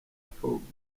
pogba